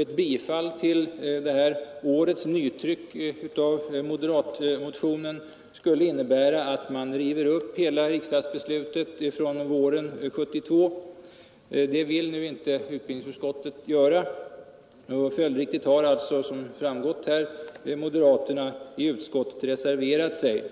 Ett bifall till årets nytryck av moderatmotionen skulle innebära att man river upp hela riksdagsbeslutet från våren 1972. Det vill utbildningsutskottet inte göra och följdriktigt har också moderaterna i utskottet reserverat sig.